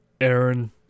Aaron